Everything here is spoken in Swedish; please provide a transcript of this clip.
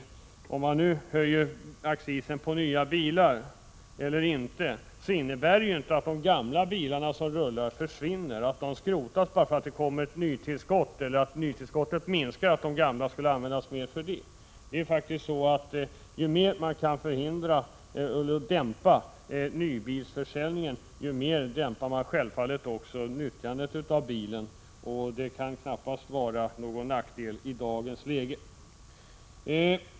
Om man inte höjer accisen på nya bilar, innebär ju inte det att de gamla bilarna försvinner. De skrotas inte därför att det sker ett nytillskott. Det är inte heller så att de gamla bilarna används mer om nytillskottet minskar på grund av bilaccisen. Faktum är att ju mer man kan dämpa nybilsförsäljningen, desto mer dämpar man också nyttjandet av bilen, och det kan knappast vara någon nackdel i dagens läge.